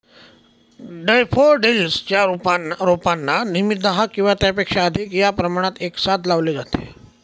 daffodils च्या रोपांना नेहमी दहा किंवा त्यापेक्षा अधिक या प्रमाणात एकसाथ लावले जाते